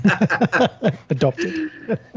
Adopted